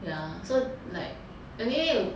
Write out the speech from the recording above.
ya so like anyway